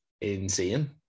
insane